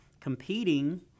competing